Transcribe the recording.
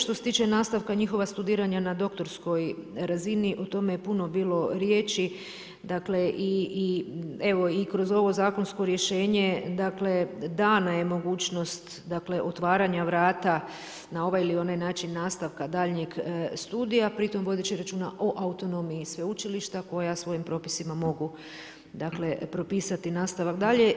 Što se tiče nastavka njihovog studiranja na doktorskoj razini o tome je puno bilo riječi evo i kroz ovo zakonsko rješenje dana je mogućnost otvaranja vrata na ovaj ili onaj način nastavka daljnjeg studija pri tom vodeći računa o autonomiji sveučilišta koja svojim propisima mogu propisati nastavak dalje.